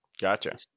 Gotcha